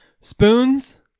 Spoons